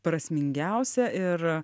prasmingiausią ir